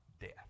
death